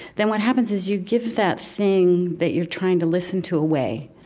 then what happens is you give that thing that you're trying to listen to away.